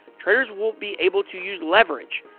traders will be able to use leverage,